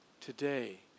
today